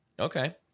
Okay